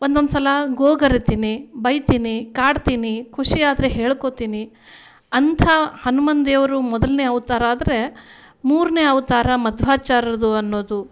ಒಂದೊಂದು ಸಲ ಗೋಗರಿತೀನಿ ಬೈತೀನಿ ಕಾಡ್ತೀನಿ ಖುಷಿಯಾದರೆ ಹೇಳ್ಕೋತೀನಿ ಅಂಥ ಹನುಮಾನ್ ದೇವ್ರ ಮೊದಲ್ನೇ ಅವತಾರ ಆದರೆ ಮೂರನೇ ಅವತಾರ ಮಧ್ವಾಚಾರ್ಯರದು ಅನ್ನೋದು